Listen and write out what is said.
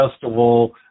festival